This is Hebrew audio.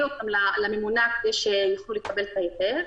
לממונה כדי שיוכלו לקבל את ההיתר,